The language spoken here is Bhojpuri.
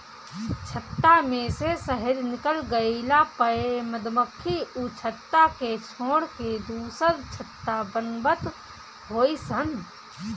छत्ता में से शहद निकल गइला पअ मधुमक्खी उ छत्ता के छोड़ के दुसर छत्ता बनवत हई सन